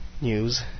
news